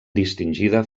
distingida